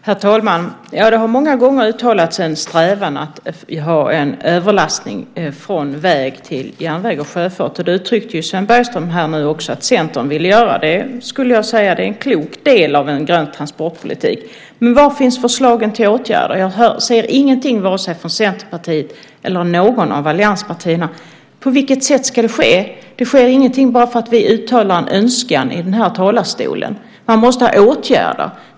Herr talman! Det har många gånger uttalats en strävan att ha en överlastning från väg till järnväg och sjöfart. Det uttryckte ju Sven Bergström här nu också att Centern ville göra. Jag skulle vilja säga att det är en klok del av en grön transportpolitik. Men var finns förslagen till åtgärder? Jag ser ingenting vare sig från Centerpartiet eller från något av allianspartierna. På vilket sätt ska det ske? Det sker ingenting bara för att vi uttalar en önskan i den här talarstolen. Man måste ha åtgärder.